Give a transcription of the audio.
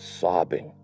sobbing